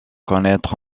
connaître